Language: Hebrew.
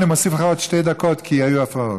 אני מוסיף לך עוד שתי דקות, כי היו הפרעות.